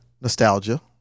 Nostalgia